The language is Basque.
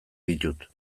ditut